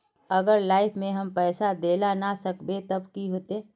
अगर लाइफ में हम पैसा दे ला ना सकबे तब की होते?